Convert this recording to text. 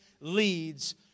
leads